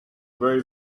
very